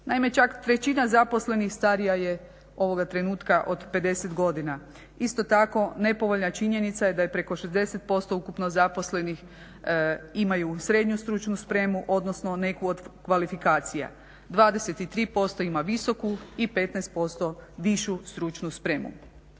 Naime, čak trećina zaposlenih starija je ovoga trenutka od 50 godina. Isto tako nepovoljna činjenica je da preko 60% ukupno zaposlenih imaju srednju stručnu spremu odnosno neku od kvalifikacija, 23% ima visoku i 15% višu stručnu spremu.